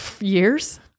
years